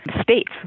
States